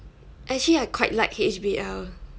actually I quite like H_B_L